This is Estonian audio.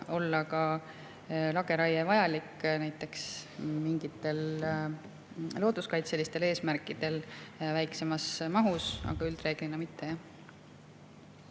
olla ka lageraie vajalik, näiteks mingitel looduskaitselistel eesmärkidel väiksemas mahus, aga üldreeglina mitte.